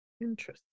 Interesting